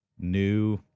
New